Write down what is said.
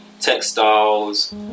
textiles